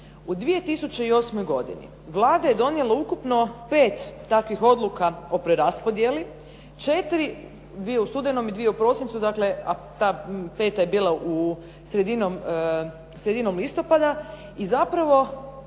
U 2008. godini Vlada je donijela ukupno 5 takvih odluka o preraspodjeli, četiri, dvije u studenom i dvije u prosincu. Dakle, a ta peta je bila sredinom listopada. I zapravo